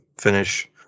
finish